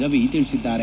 ರವಿ ತಿಳಿಸಿದ್ದಾರೆ